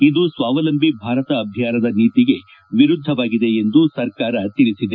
ಇದು ಸ್ವಾವಲಂಬಿ ಭಾರತ ಅಭಿಯಾನದ ನೀತಿಗೆ ವಿರುದ್ದವಾಗಿದೆ ಎಂದು ಸರ್ಕಾರ ತಿಳಿಸಿದೆ